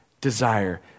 desire